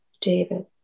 David